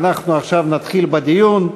ואנחנו נתחיל עכשיו בדיון.